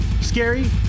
scary